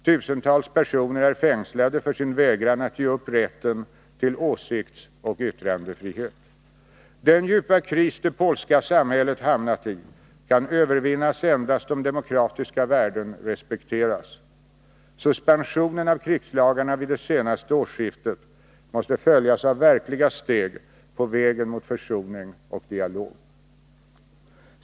Tusentals personer är fängslade för sin vägran att ge upp rätten till åsiktsoch yttrandefrihet. Den djupa kris det polska samhället hamnat i kan övervinnas endast om demokratiska värden respekteras. Suspensionen av krigslagarna vid det senaste årsskiftet måste följas av verkliga steg på vägen mot försoning och dialog.